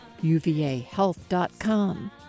UVAhealth.com